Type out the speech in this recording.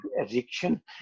addiction